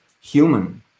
human